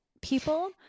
people